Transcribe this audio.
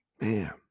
man